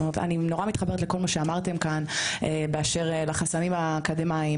אני נורא מתחברת לכל מה שאמרתם כאן באשר לחסמים האקדמיים,